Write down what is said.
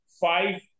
five